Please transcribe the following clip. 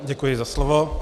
Děkuji za slovo.